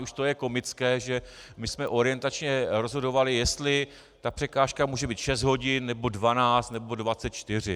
Už to je komické, že jsme orientačně rozhodovali, jestli překážka může být šest hodin, nebo 12, nebo 24.